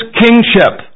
kingship